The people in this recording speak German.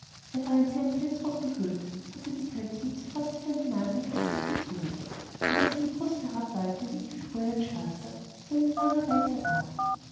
er war in seinen pelzrock gehüllt hatte die pelzmütze fast bis an die nase ins gesicht gezogen und auf seine brust herab wallte nicht mehr wie früher ein schwarzer sondern ein langer weißer bart